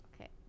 Okay